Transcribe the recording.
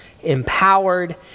empowered